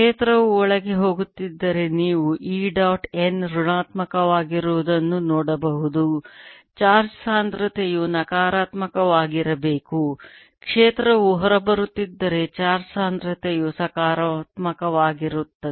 ಕ್ಷೇತ್ರವು ಒಳಗೆ ಹೋಗುತ್ತಿದ್ದರೆ ನೀವು E ಡಾಟ್ n ಋಣಾತ್ಮಕವಾಗಿರುವುದನ್ನು ನೋಡಬಹುದು ಚಾರ್ಜ್ ಸಾಂದ್ರತೆಯು ನಕಾರಾತ್ಮಕವಾಗಿರಬೇಕು ಕ್ಷೇತ್ರವು ಹೊರಬರುತ್ತಿದ್ದರೆ ಚಾರ್ಜ್ ಸಾಂದ್ರತೆಯು ಸಕಾರಾತ್ಮಕವಾಗಿರುತ್ತದೆ